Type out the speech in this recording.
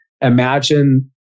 Imagine